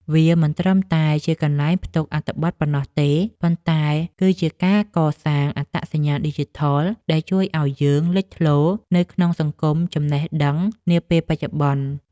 វាមិនត្រឹមតែជាកន្លែងផ្ទុកអត្ថបទប៉ុណ្ណោះទេ ប៉ុន្តែគឺជាការកសាង អត្តសញ្ញាណឌីជីថល ដែលជួយឱ្យយើងលេចធ្លោនៅក្នុងសង្គមចំណេះដឹងនាពេលបច្ចុប្បន្ន។